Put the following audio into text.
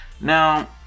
Now